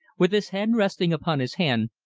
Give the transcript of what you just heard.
with his head resting upon his hand,